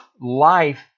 life